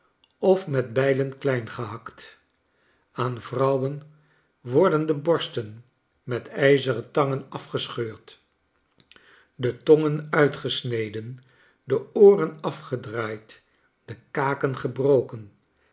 of met bijlen kleingehakt aan vrouwen worden de borsten met ijzeren tangen afgescheurd de tongen uitgesneden de ooren afgedraaid de kaken gebroken